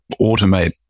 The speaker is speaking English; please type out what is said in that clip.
automate